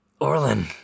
Orlin